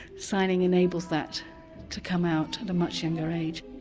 signing enables that to come out at a much younger age.